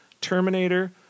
Terminator